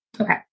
Okay